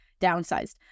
downsized